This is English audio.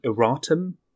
erratum